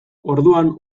orduan